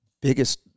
biggest